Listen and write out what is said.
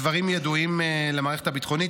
הדברים ידועים למערכת הביטחונית,